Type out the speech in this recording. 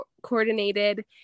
coordinated